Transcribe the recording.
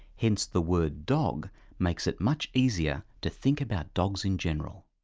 hence the word dog makes it much easier to think about dogs in general.